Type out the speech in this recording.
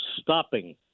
stopping